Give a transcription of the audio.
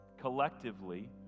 collectively